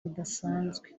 rudasanzwe